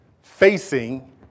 Facing